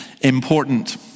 important